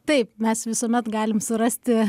taip mes visuomet galim surasti